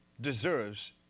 deserves